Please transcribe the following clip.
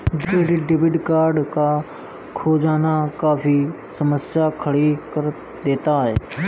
credit debit card का खो जाना काफी समस्या खड़ी कर देता है